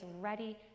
ready